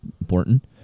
important